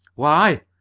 why?